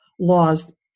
laws